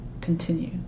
continue